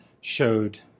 showed